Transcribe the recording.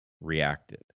reacted